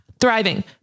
thriving